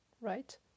right